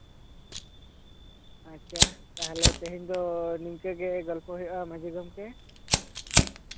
ᱟᱪᱪᱷᱟ ᱛᱟᱦᱚᱞᱮ ᱛᱮᱦᱮᱧ ᱫᱚ ᱱᱤᱝᱠᱟᱹ ᱜᱮ ᱜᱚᱞᱯᱷᱚᱭ ᱦᱩᱭᱩᱜᱼᱟ ᱢᱟᱹᱡᱷᱤ ᱜᱚᱢᱠᱮ